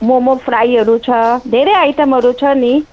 मोमो फ्राईहरू छ धेरै आइटमहरू छ नि